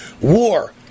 WAR